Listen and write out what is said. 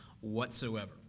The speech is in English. whatsoever